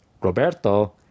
Roberto